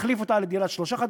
להחליף אותה לדירת שלושה חדרים,